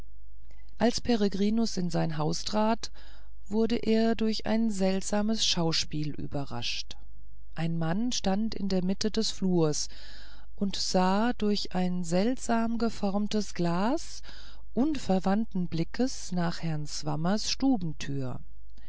als peregrinus in sein haus trat wurde er durch ein seltsames schauspiel überrascht ein mann stand in der mitte des flurs und sah durch ein seltsam geformtes glas unverwandten blickes nach herrn swammers